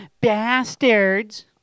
bastards